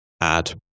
add